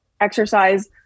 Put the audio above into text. exercise